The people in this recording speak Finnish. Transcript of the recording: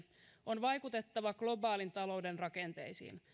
on vaikutettava globaalin talouden rakenteisiin